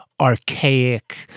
archaic